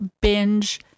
binge